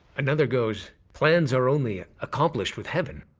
another goes, plans are only, accomplished with heaven.